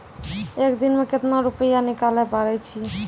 एक दिन मे केतना रुपैया निकाले पारै छी?